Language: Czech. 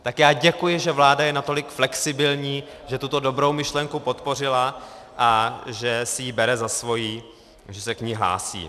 Tak já děkuji, že vláda je natolik flexibilní, že tuto dobrou myšlenku podpořila a že si ji bere za svou, že se k ní hlásí.